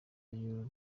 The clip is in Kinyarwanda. y’u